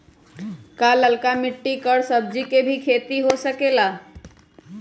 का लालका मिट्टी कर सब्जी के भी खेती हो सकेला?